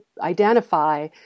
identify